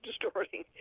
distorting